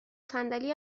صندلی